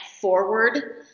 forward